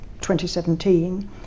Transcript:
2017